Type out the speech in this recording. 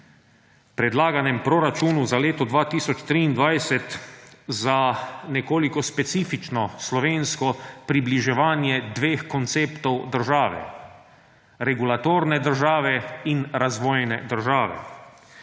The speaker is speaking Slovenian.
predlaganem proračunu za leto 2023 za nekoliko specifično slovensko približevanje dveh konceptov države – regulatorne države in razvojne države.